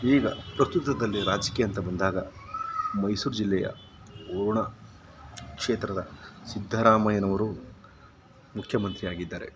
ಈಗ ಪ್ರಸ್ತುತದಲ್ಲಿ ರಾಜಕೀಯ ಅಂತ ಬಂದಾಗ ಮೈಸೂರು ಜಿಲ್ಲೆಯ ವರುಣ ಕ್ಷೇತ್ರದ ಸಿದ್ದರಾಮಯ್ಯನವರು ಮುಖ್ಯಮಂತ್ರಿಯಾಗಿದ್ದಾರೆ